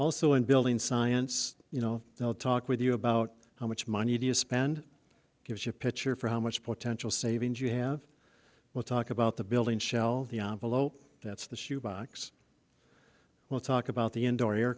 also and building science you know they'll talk with you about how much money do you spend gives you a picture for how much potential savings you have we'll talk about the building shelve the on below that's the shoe box well talk about the indoor air